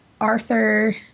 Arthur